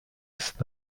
ist